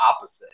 opposite